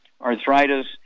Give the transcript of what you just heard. arthritis